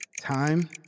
Time